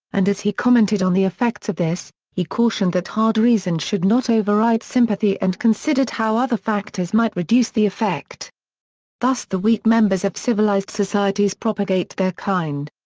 and as he commented on the effects of this, he cautioned that hard reason should not override sympathy and considered how other factors might reduce the effect thus the weak members of civilized societies propagate their kind.